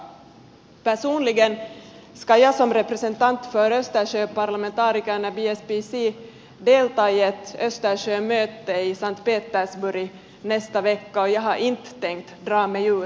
personligen ska jag som representant för östersjöparlamentarikerna bspc delta i ett östersjömöte i st petersburg nästa vecka och jag har inte tänkt dra mig ur det här mötet